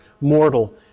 mortal